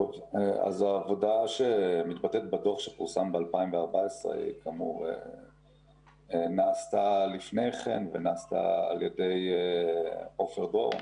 העבודה בדוח שפורסם ב-2014 נעשתה לפני כן על-ידי עופר דור.